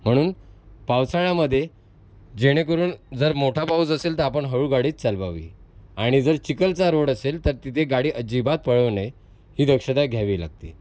म्हणून पावसाळ्यामध्ये जेणेकरून जर मोठा पाऊस असेल तर आपण हळू गाडीच चालवावी आणि जर चिखलचा रोड असेल तर तिथे गाडी अजिबात पळवू नये ही दक्षता घ्यावी लागते